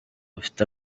ufite